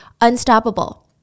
unstoppable